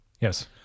Yes